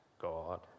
God